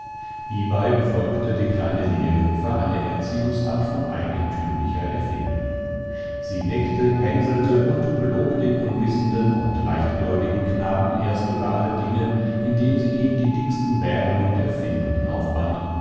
hiebei befolgte die kleine lehrjungfer eine erziehungsart von eigentümlicher erfindung sie neckte hänselte und belog den unwissenden und leichtgläubigen knaben erst über alle dinge indem sie ihm die dicksten bären und erfindungen aufband